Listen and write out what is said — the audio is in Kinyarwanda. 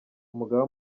umugaba